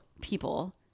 People